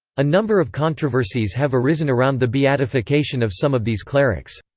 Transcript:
a number of controversies have arisen around the beatification of some of these clerics.